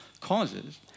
causes